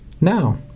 Now